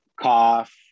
cough